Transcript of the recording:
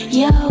yo